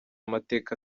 mateka